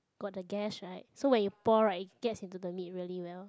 got the gas right so when you pour right it gets into the meat really well